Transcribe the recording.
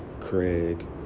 Craig